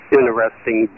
Interesting